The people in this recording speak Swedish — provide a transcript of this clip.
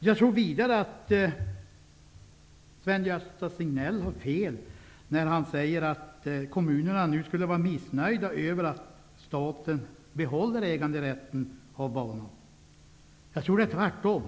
Jag tror att Sven-Gösta Signell har fel när han säger att kommunerna är missnöjda med att staten behåller äganderätten till banan. Jag tror att det är tvärtom.